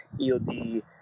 EOD